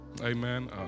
Amen